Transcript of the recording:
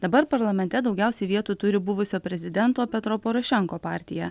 dabar parlamente daugiausiai vietų turi buvusio prezidento petro porošenko partija